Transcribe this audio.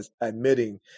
admitting